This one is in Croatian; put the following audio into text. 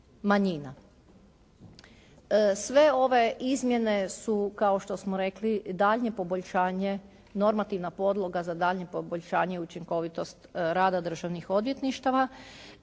Sve ove izmjene su kao što smo rekli daljnje poboljšanje, normativna podloga za daljnje poboljšanje i učinkovitost rada državnih odvjetništava.